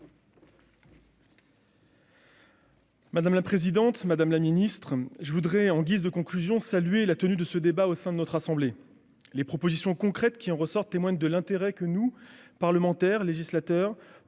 Madame la présidente, madame la ministre, mes chers collègues, je voudrais, en guise de conclusion, saluer la tenue de ce débat au sein de notre assemblée. Les propositions concrètes qui en ressortent témoignent de l'intérêt que nous, législateurs,